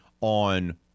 on